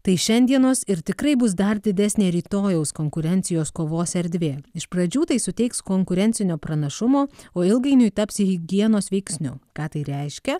tai šiandienos ir tikrai bus dar didesnė rytojaus konkurencijos kovos erdvė iš pradžių tai suteiks konkurencinio pranašumo o ilgainiui taps higienos veiksniu ką tai reiškia